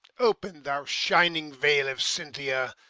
open, thou shining veil of cynthia,